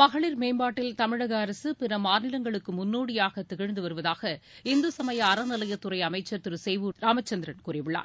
மகளிர் மேம்பாட்டில் தமிழக அரசு பிற மாநிலங்களுக்கு முன்னோடியாக திகழ்ந்து வருவதாக இந்து சமய அறநிலையத் துறை அமைச்சர் திரு சேவூர் ராமச்சந்திரன் கூறியுள்ளார்